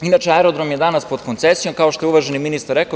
Inače, aerodrom je danas pod koncesijom, kao što je uvaženi ministar rekao.